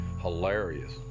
hilarious